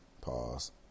Pause